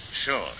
Sure